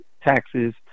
taxes